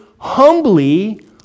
humbly